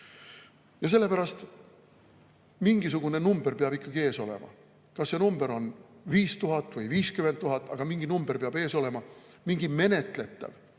Sellepärast peab mingisugune number ikkagi ees olema. Olgu see number 5000 või 50 000, aga mingi number peab ees olema, mingisugune menetletav,